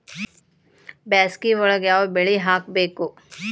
ಬ್ಯಾಸಗಿ ಒಳಗ ಯಾವ ಬೆಳಿ ಹಾಕಬೇಕು?